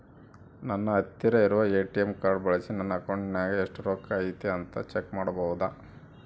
ನನ್ನ ಹತ್ತಿರ ಇರುವ ಎ.ಟಿ.ಎಂ ಕಾರ್ಡ್ ಬಳಿಸಿ ನನ್ನ ಅಕೌಂಟಿನಾಗ ಎಷ್ಟು ರೊಕ್ಕ ಐತಿ ಅಂತಾ ಚೆಕ್ ಮಾಡಬಹುದಾ?